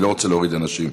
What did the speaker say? אני לא רוצה להוריד אנשים.